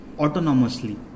autonomously